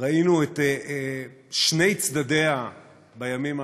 ראינו את שני צדדיה בימים האחרונים,